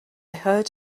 heard